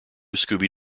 scooby